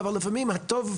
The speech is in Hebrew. אבל כשהסתכלנו על.